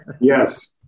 Yes